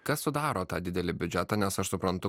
kas sudaro tą didelį biudžetą nes aš suprantu